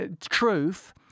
truth